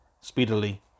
Speedily